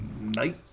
Night